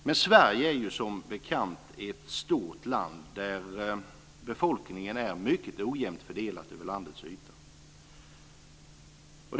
Men Sverige är som bekant ett stort land där befolkningen är mycket ojämnt fördelat över landets yta.